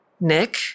Nick